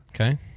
Okay